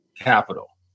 capital